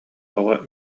оҕо